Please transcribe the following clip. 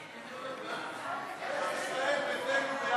התשע"ז 2017,